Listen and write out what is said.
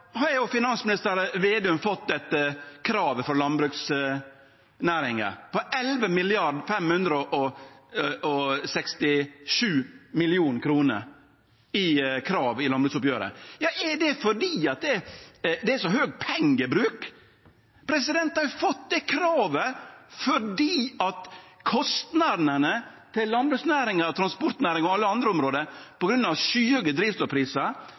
har finansminister Vedum fått eit krav frå landbruksnæringa på 11 567 000 000 kr i landbruksoppgjeret. Er det fordi det er så høg pengebruk? Dei har fått det kravet fordi kostnadane til landbruksnæringa, transportnæringa og på alle andre område